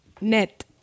Net